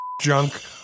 junk